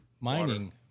mining